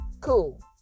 Cool